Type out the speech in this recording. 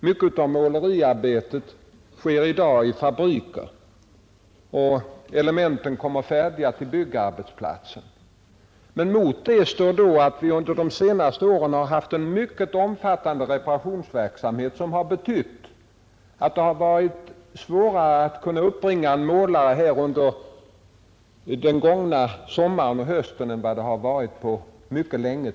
Mycket av måleriarbetet sker i dag i fabriker, och elementen kommer färdiga till byggarbetsplatsen. Men mot detta står att under de senaste åren har bedrivits en mycket omfattande reparationsverksamhet, som har betytt att det har varit svårare att uppbringa målare under den gångna sommaren och hösten än vad det har varit på mycket länge.